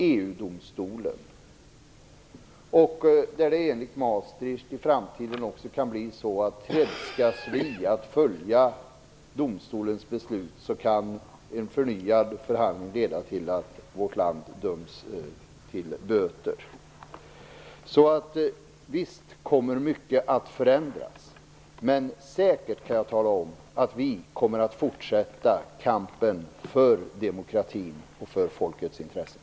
Enligt Maastrichtavtalet kan det i framtiden också bli så att om vi tvingas följa domstolens beslut, kan en förnyad förhandling leda till att vårt land döms till böter. Visst kommer mycket att förändras, men säkert kan jag tala om att vi kommer att fortsätta kampen för demokratin och för folkets intressen.